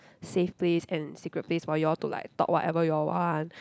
safe place and secret place for you all to like talk whatever you all want